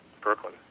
Brooklyn